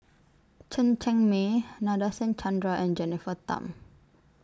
Chen Cheng Mei Nadasen Chandra and Jennifer Tham